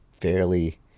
fairly